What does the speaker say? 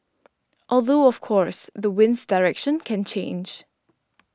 although of course the wind's direction can change